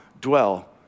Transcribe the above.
dwell